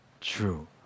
true